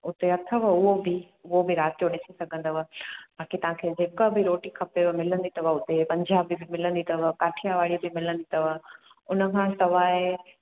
उते अथव उहो बि उहो बि राति जो ॾिसी सघंदव बाक़ी तव्हांखे जेका बि रोटी खपेव मिलंदी अथव हुते पंजाबी बि मिलंदी अथव काठियावाड़ी बि मिलंदी अथव उनखां सवाइ